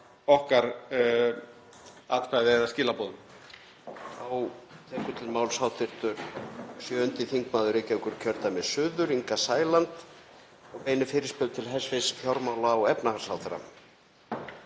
okkar atkvæði eða skilaboðum.